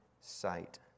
sight